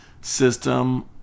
system